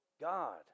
God